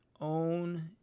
own